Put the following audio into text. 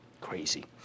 Crazy